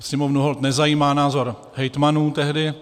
Sněmovnu holt nezajímá názor hejtmanů tehdy.